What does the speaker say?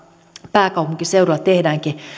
pääkaupunkiseudulla tehdäänkin